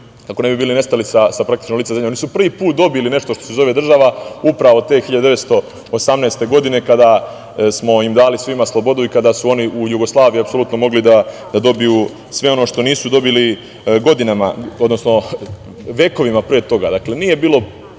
kako ne bi nestali sa praktično lica zemlje. Oni su prvi put dobili nešto što se zove država, upravo te 1918. godine, kada smo im svima dali slobodu i kada su oni u Jugoslaviji apsolutno mogli da dobiju sve ono što nisu dobili godinama, odnosno vekovima pre toga. Dakle, nije bilo